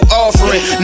offering